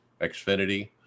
Xfinity